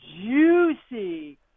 juicy